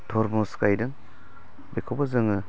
थुरमुज गायदों बेखौबो जोङो